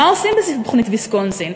מה עושים בתוכנית ויסקונסין?